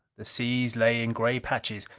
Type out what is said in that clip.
the seas lay in gray patches.